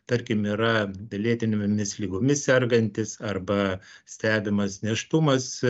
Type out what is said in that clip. tarkim yra lėtinėmis ligomis sergantis arba stebimas nėštumas